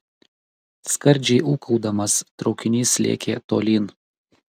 skardžiai ūkaudamas traukinys lėkė tolyn